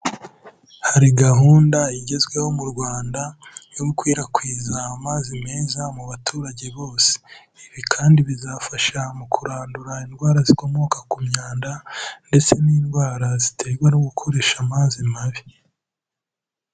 Hari gahunda igezweho mu Rwanda yo gukwirakwiza amazi meza mu baturage bose; ibi kandi bizafasha mu kurandura indwara zikomoka ku myanda, ndetse n'indwara ziterwa no gukoresha amazi mabi.